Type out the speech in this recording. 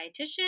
dietitian